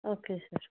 okay sir